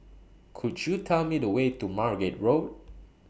Could YOU Tell Me The Way to Margate Road